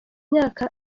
myaka